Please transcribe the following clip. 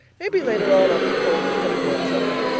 maybe later on i'll get cold and critical and sniffy.